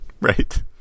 right